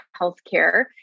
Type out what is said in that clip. healthcare